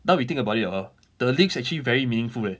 now we think about it hor the lyrics actually very meaningful leh